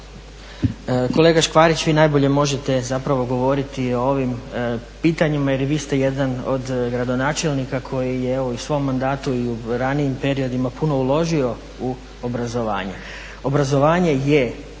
kolega Škvarić vi najbolje možete zapravo govoriti i o ovim pitanjima jer i vi ste jedan od gradonačelnika koji je evo i u svom mandatu i u ranijim periodima puno uložio u obrazovanje.